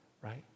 right